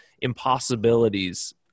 impossibilities